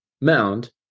mound